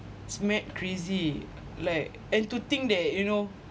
it's mad crazy like and to think that you know